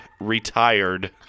retired